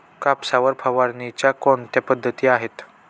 कापसावर फवारणीच्या कोणत्या पद्धती आहेत?